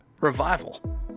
revival